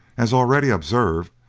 as already observed,